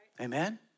Amen